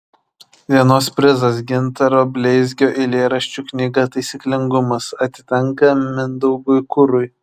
dienos prizas gintaro bleizgio eilėraščių knyga taisyklingumas atitenka mindaugui kurui